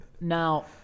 now